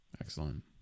Excellent